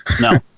no